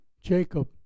Jacob